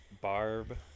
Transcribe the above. Barb